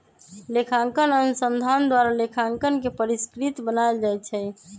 लेखांकन अनुसंधान द्वारा लेखांकन के परिष्कृत बनायल जाइ छइ